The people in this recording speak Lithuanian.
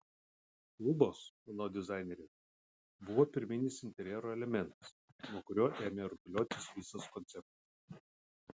lubos anot dizainerės buvo pirminis interjero elementas nuo kurio ėmė rutuliotis visas konceptas